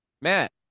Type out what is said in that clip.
Matt